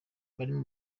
barimo